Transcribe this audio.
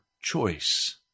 choice